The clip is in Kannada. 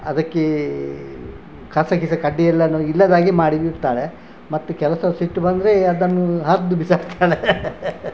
ಅದಕ್ಕೆ ಕಸ ಗಿಸ ಕಡ್ಡಿ ಎಲ್ಲವೂ ಇಲ್ಲದ ಹಾಗೆ ಮಾಡಿ ಬಿಡ್ತಾಳೆ ಮತ್ತು ಕೆಲವು ಸಲ ಸಿಟ್ಟು ಬಂದರೆ ಅದನ್ನು ಹರಿದು ಬಿಸಾಕ್ತಾಳೆ